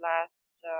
last